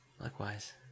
Likewise